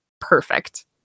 perfect